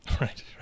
Right